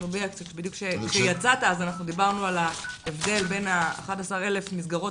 בדיוק כשיצאת דיברנו על ההבדל בין 11,000 מסגרות